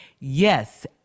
Yes